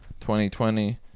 2020